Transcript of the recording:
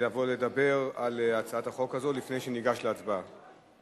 ולבוא לדבר על הצעת החוק הזאת לפני שניגש להצבעה.